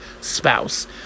spouse